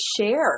share